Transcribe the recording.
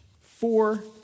four